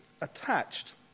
attached